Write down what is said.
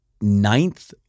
ninth